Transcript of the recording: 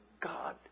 God